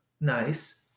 nice